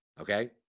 okay